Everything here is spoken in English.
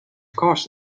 course